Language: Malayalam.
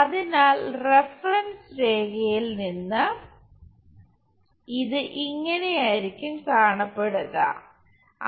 അതിനാൽ റഫറൻസ് രേഖയിൽ നിന്ന് ഇത് ഇങ്ങനെയായിരിക്കും കാണപ്പെടുക